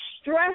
stress